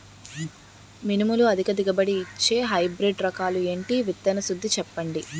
మినుములు అధిక దిగుబడి ఇచ్చే హైబ్రిడ్ రకాలు ఏంటి? విత్తన శుద్ధి చెప్పండి?